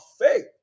faith